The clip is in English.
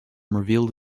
revealed